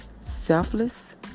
Selfless